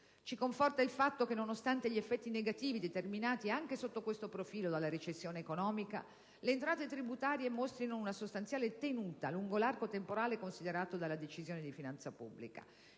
Ci conforta il fatto che, nonostante gli effetti negativi determinati anche sotto questo profilo dalla recessione economica, le entrate tributarie mostrino una sostanziale tenuta lungo l'arco temporale considerato dalla Decisione di finanza pubblica,